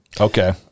Okay